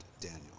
Daniel